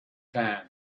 time